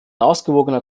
ausgewogener